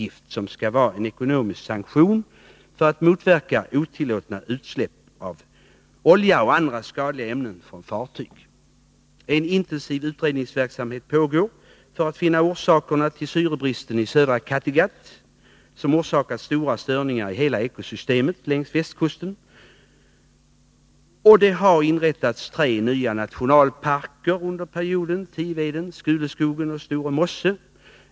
Vattenföroreningsavgiften skall vara en ekonomisk sanktion för att motverka otillåtna utsläpp av olja och andra skadliga ämnen från fartyg. En intensiv utredningsverksamhet pågår för att finna orsakerna till syrebristen i södra Kattegatt, som orsakat stora störningar i hela ekosystemet längs västkusten. Tre nya nationalparker har inrättats under perioden, nämligen Tiveden, Skuluskogen och Store mosse.